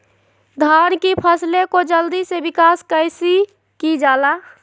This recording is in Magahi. धान की फसलें को जल्दी से विकास कैसी कि जाला?